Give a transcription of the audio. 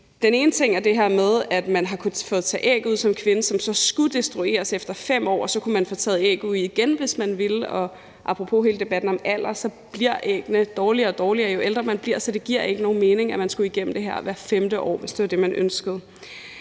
Den ene ting er det her med, at man har kunnet få taget æg ud som kvinde, som så skulle destrueres efter 5 år, og så kunne man få taget æg ud igen, hvis man ville det, og apropos hele debatten om alder bliver æggene dårligere og dårligere, jo ældre man bliver, så det giver ikke nogen mening, at man skulle igennem det her hvert femte år, hvis det var det, man ønskede.